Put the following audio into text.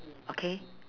okay